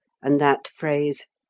and that phrase